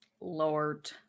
Lord